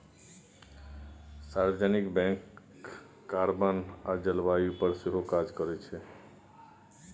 सार्वजनिक bank carbon आ जलबायु पर सेहो काज करै छै